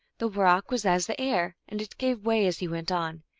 the rock was as the air, and it gave way as he went on.